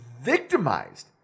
victimized